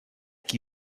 qui